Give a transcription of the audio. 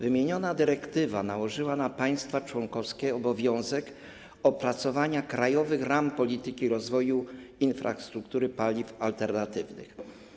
Wymieniona dyrektywa nałożyła na państwa członkowskie obowiązek opracowania „Krajowych ram polityki rozwoju infrastruktury paliw alternatywnych”